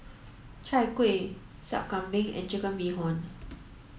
Chai Kuih Sup Kambing and chicken bee hoon